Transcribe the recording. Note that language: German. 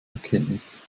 erkenntnis